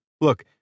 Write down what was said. Look